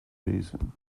basin